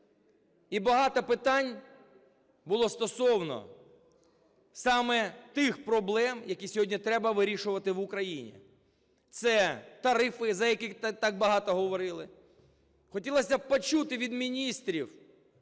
І багато питань було стосовно саме тих проблем, які сьогодні треба вирішувати в Україні. Це тарифи, за які так багато говорили. Хотілося б почути від міністрів,